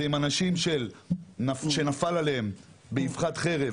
זה עם אנשים שנפל עליהם באבחת חרב,